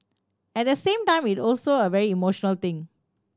at the same time it also a very emotional thing